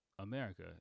America